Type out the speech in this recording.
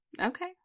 okay